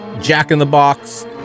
jack-in-the-box